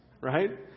right